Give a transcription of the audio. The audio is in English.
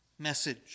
Message